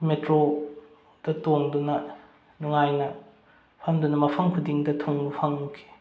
ꯄꯦꯇ꯭ꯔꯣꯗ ꯇꯣꯡꯗꯨꯅ ꯅꯨꯡꯉꯥꯏꯅ ꯐꯝꯗꯨꯅ ꯃꯐꯝ ꯈꯨꯗꯤꯡꯗ ꯊꯨꯡꯕ ꯐꯪꯈꯤ